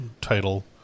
title